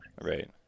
Right